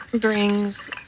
brings